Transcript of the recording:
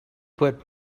put